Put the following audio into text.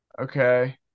Okay